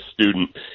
student